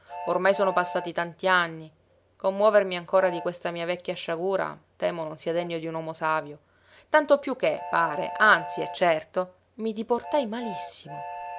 ormai sono passati tanti anni commuovermi ancora di questa mia vecchia sciagura temo che non sia degno di un uomo savio tanto piú che pare anzi è certo mi diportai malissimo